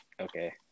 okay